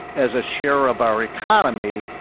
as a share of our economy,